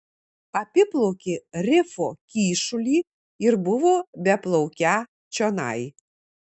apiplaukė rifo kyšulį ir buvo beplaukią čionai